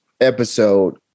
episode